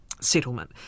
settlement